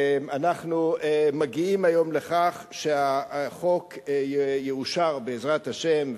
אנחנו מגיעים היום לכך שהחוק יאושר, בעזרת השם.